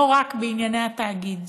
לא רק בענייני התאגיד.